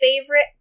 favorite